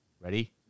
ready